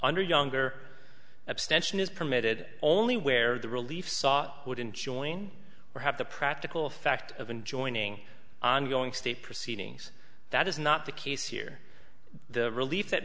under younger abstention is permitted only where the relief sought would enjoying or have the practical effect of enjoining ongoing state proceedings that is not the case here the relief that